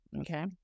okay